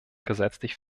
gesetzlich